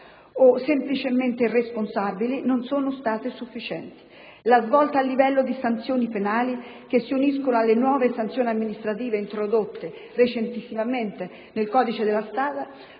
semplicemente irresponsabili) non sono state sufficienti. La svolta nelle sanzioni penali, che si uniscono alle nuove sanzioni amministrative introdotte recentemente nel codice della strada,